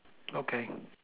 okay